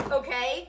okay